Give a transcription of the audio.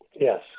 Yes